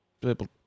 people